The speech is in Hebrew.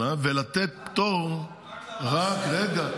ולתת פטור --- רק ל-14.